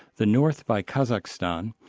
the north by kazakhstan,